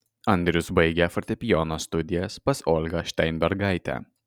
andrius baigė fortepijono studijas pas olgą šteinbergaitę